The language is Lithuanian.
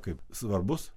kaip svarbus